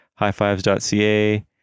highfives.ca